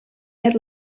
per